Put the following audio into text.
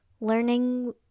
learning